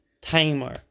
Timer